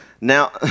Now